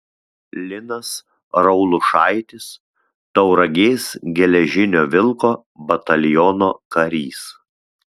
linas raulušaitis tauragės geležinio vilko bataliono karys